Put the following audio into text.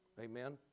amen